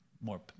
more